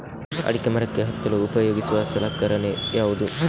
ಅಡಿಕೆ ಮರಕ್ಕೆ ಹತ್ತಲು ಉಪಯೋಗಿಸುವ ಸಲಕರಣೆ ಯಾವುದು?